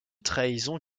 trahisons